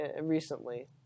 recently